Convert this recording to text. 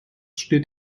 steht